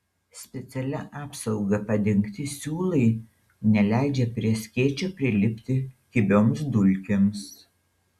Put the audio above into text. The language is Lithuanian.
specialia apsauga padengti siūlai neleidžia prie skėčio prilipti kibioms dulkėms